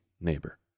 neighbor